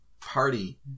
party